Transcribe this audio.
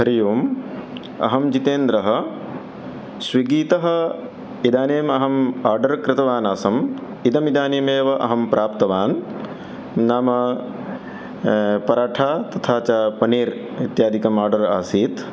हरिः ओम् अहं जितेन्द्रः स्विग्गितः इदानीम् अहम् आर्डर् कृतवान् आसम् इदमिदानीमेव अहं प्राप्तवान् नाम परठा तथा च पन्नीर् इत्यादिकम् आर्डर् आसीत्